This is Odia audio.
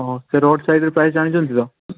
ହଁ ସେ ରୋଡ୍ ସାଇଡ୍ର ପ୍ରାଇସ୍ ଜାଣିଛନ୍ତି ତ